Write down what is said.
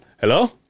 Hello